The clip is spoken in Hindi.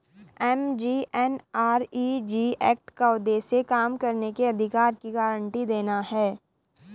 एम.जी.एन.आर.इ.जी एक्ट का उद्देश्य काम करने के अधिकार की गारंटी देना है